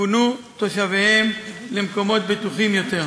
יפונו תושביהם למקומות בטוחים יותר.